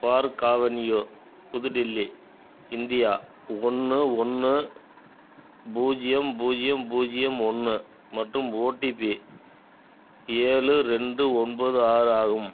park avenue புது Delhi India ஒன்று ஒன்று பூஜ்யம் பூஜ்யம் பூஜ்யம் ஒன்று மற்றும் ஓடிபி ஏழு ரெண்டு ஒன்போது ஆறு ஆகும்